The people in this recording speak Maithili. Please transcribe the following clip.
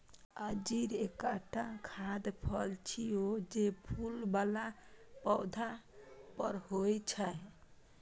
अंजीर एकटा खाद्य फल छियै, जे फूल बला पौधा पर होइ छै